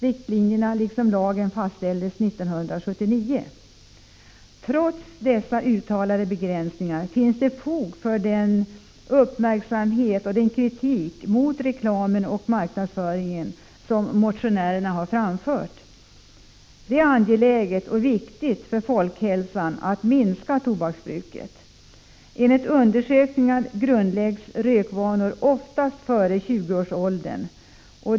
Riktlinjerna liksom lagen fastställdes 1979. Trots dessa uttalade begränsningar finns det fog för den uppmärksamhet och den kritik mot reklam och marknadsföring som motionärerna har framfört. Det är angeläget och det är viktigt för folkhälsan att minska tobaksbruket. Enligt undersökningar grundläggs rökvanor oftast före 20 års ålder.